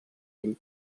ell